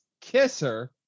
kisser